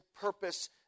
purpose